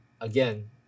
again